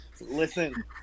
Listen